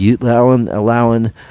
allowing